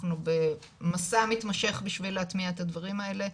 אנחנו במסע מתמשך בשביל להטמיע את הדברים האלה.